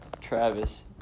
Travis